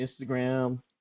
Instagram